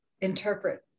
interpret